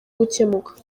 gukemuka